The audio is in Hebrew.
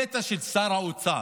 על גופתו המתה של שר האוצר